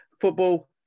football